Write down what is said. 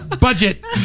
budget